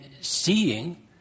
seeing